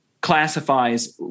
classifies